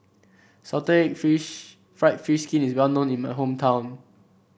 Salted Egg fish fried fish skin is well known in my hometown